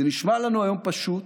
זה נשמע לנו היום פשוט,